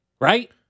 Right